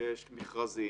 ויש מכרזים,